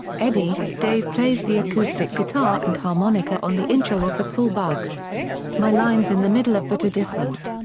eddie dave plays the acoustic guitar and harmonica on the intro of the full bug my lines in the middle of that are different.